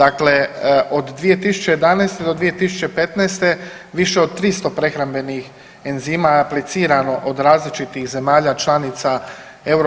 Dakle, od 2011. do 2015. više od 300 prehrambenih enzima je aplicirano od različitih zemalja članica EU,